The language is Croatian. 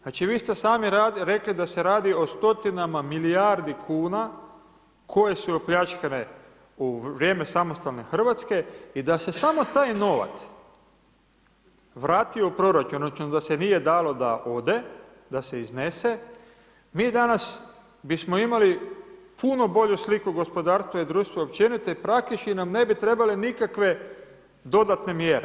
Znači vi ste sami rekli da se radi o stotinama milijardi kuna, koje su opljačkane u vrijeme samostalne Hrvatske i da se samo taj novac, vratio u proračun, odnosno, da se nije dalo da ode, da se iznese, mi danas bismo imali puno bolju sliku gospodarstva i društva općenito, i praktički nam ne bi trebale nikakve dodatne mjere.